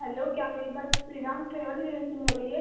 hello क्या मेरी बात श्री राम ट्रेवल एजेंसी में हो रही है